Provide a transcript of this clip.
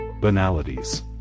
banalities